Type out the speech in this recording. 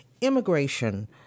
immigration